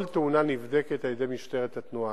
כל תאונה נבדקת על-ידי משטרת התנועה.